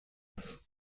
das